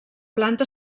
planta